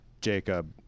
Jacob